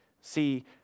See